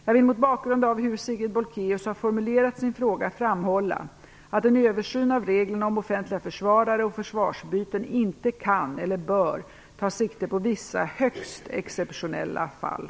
Jag vill mot bakgrund av hur Sigrid Bolkéus har formulerat sin fråga framhålla att en översyn av reglerna om offentliga försvarare och försvararbyten inte kan eller bör ta sikte på vissa, högst exceptionella, fall.